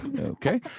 Okay